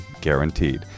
guaranteed